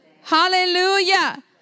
Hallelujah